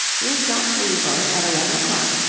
we'll stop for you both at eleven o'clock,